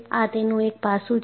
આ તેનું એક પાસું છે